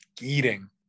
eating